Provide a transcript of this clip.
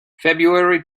february